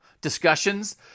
discussions